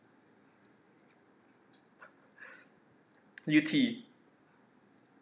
U_T